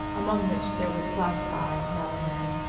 among which there would flash by, now and then,